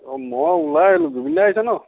অ মই ওলাই আহিলোঁ জুবিন দা আহিছে ন